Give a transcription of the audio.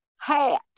hat